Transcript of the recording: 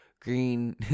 green